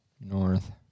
North